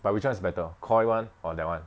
but which [one] is better KOI [one] or that [one]